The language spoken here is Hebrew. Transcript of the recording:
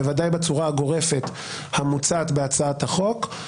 בוודאי בצורה הגורפת המוצעת בהצעת החוק,